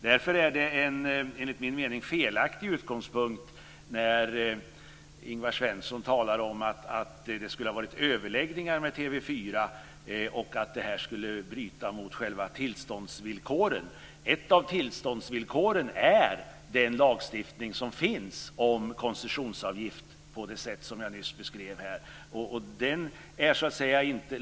Därför har, enligt min mening, Ingvar Svensson en felaktig utgångspunkt när han talar om att det skulle ha varit överläggningar med TV 4 och att det här skulle bryta mot själva tillståndsvillkoren. Ett av tillståndsvillkoren är den lagstiftning som finns om koncessionsavgift på det sätt som jag nyss beskrev här.